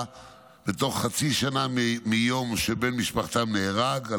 בתוך חצי שנה מיום שבן משפחתם נהרג או